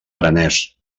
aranès